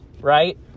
right